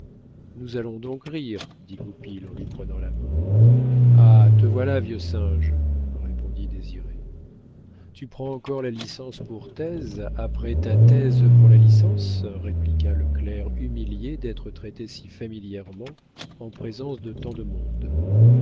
nous allons donc rire dit goupil en lui prenant la main ah te voilà vieux singe répondit désiré tu prends encore la licence pour thèse après ta thèse pour la licence répliqua le clerc humilié d'être traité si familièrement en présence de tant de monde